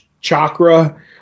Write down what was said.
Chakra